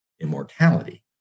immortality